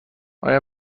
آیا